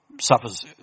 suffers